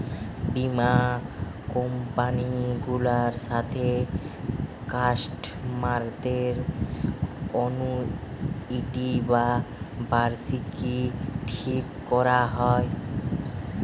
বীমা কোম্পানি গুলার সাথে কাস্টমারদের অ্যানুইটি বা বার্ষিকী ঠিক কোরা হয়